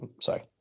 Sorry